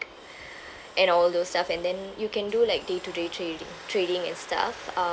and all those stuff and then you can do like day to day trading trading and stuff